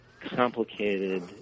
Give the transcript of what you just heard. complicated